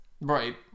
right